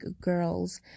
girls